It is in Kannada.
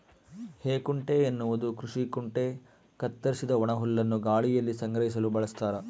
ಹೇಕುಂಟೆ ಎನ್ನುವುದು ಕೃಷಿ ಕುಂಟೆ ಕತ್ತರಿಸಿದ ಒಣಹುಲ್ಲನ್ನು ಗಾಳಿಯಲ್ಲಿ ಸಂಗ್ರಹಿಸಲು ಬಳಸ್ತಾರ